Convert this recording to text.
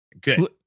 Good